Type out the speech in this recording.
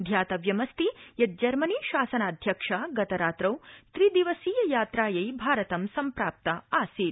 ध्यातव्ययस्ति यत् जर्मनी शासनाध्यक्षा गतरात्रौ त्रि दिवसीयात्रायै भारतं सम्प्राप्तासीत्